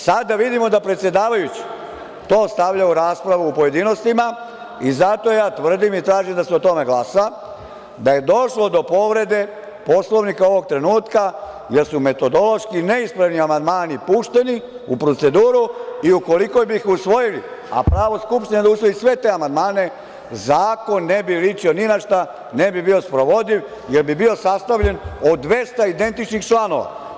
Sada da vidimo da predsedavajući to stavlja u raspravu u pojedinostima, i zato ja tvrdim i tražim da se o tome glasa, da je došlo do povrede Poslovnika ovog trenutka jer su metodološki neispravni amandmani pušteni u proceduru i ukoliko bi ih usvojili, a pravo Skupštine je da usvoji sve te amandmane, zakon ne bi ličio ni na šta, ne bi bio sprovodljiv jer bi bio sastavljen od 200 identičnih članova.